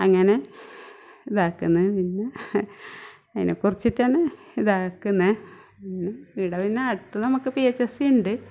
അങ്ങനെ ഇതാക്കുന്നു പിന്നെ അതിനെക്കുറിച്ചിട്ടാണ് ഇതാക്കുന്നത് ഇവിടെ പിന്നെ അടുത്ത് നമുക്ക് പി എച്ച് എസ് ഇണ്ട്